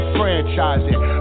franchising